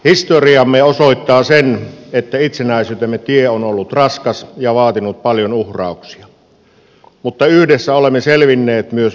historiamme osoittaa sen että itsenäisyytemme tie on ollut raskas ja vaatinut paljon uhrauksia mutta yhdessä olemme selvinneet myös vaikeina aikoina